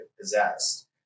possessed